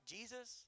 Jesus